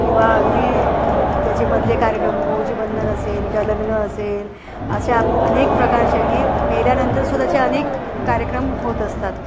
किंवा अगदी त्याचे मधले कार्यक्रम मौजीबंधन असेल किंवा लग्न असेल अशा अनेक प्रकारचे अगदी मेल्यानंतर स्वतःचे अनेक कार्यक्रम होत असतात